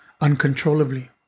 uncontrollably